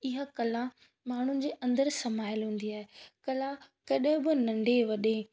इहा कला मान्हुनि जे अंदरु समायल हूंदी आहे कला कॾहिं बि नंढी वॾी